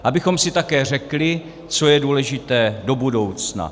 Abychom si také řekli, co je důležité do budoucna.